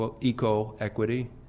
eco-equity